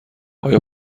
آیا